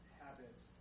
habits